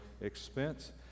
expense